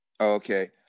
Okay